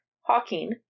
Hawking